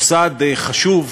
מוסד חשוב,